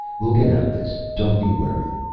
we'll get out of this, don't you worry!